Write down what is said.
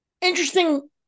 interesting